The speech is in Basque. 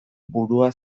burua